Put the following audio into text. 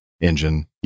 engine